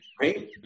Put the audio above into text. right